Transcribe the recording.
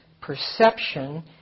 perception